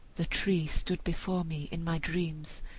the tree stood before me in my dreams,